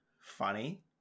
funny